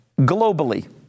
globally